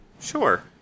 Sure